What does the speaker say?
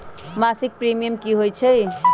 मासिक प्रीमियम की होई छई?